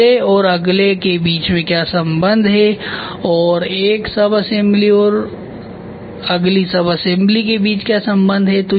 पहले और अगले के बीच क्या संबंध है और एक सबअसेंबली और अगली सबअसेंबली के बीच क्या संबंध है